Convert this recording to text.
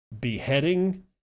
Beheading